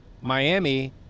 Miami